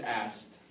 asked